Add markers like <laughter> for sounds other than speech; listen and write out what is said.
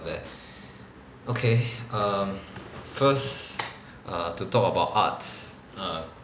there <breath> okay um first err to talk about arts err